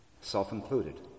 Self-included